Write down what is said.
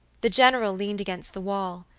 the general leaned against the wall,